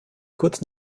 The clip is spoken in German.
kurz